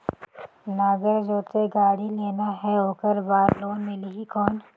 नागर जोते गाड़ी लेना हे ओकर बार लोन मिलही कौन?